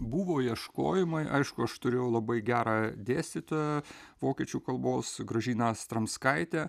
buvo ieškojimai aišku aš turėjau labai gerą dėstytoją vokiečių kalbos gražiną astromskaitę